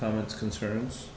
comments concerns